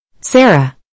Sarah